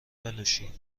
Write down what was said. بنوشیم